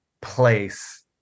place